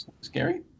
scary